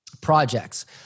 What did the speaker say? projects